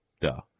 Duh